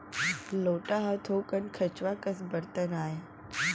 लोटा ह थोकन खंचवा कस बरतन आय